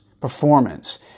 performance